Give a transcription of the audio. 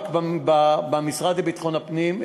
במשרד לביטחון פנים,